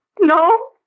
no